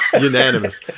Unanimous